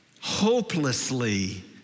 hopelessly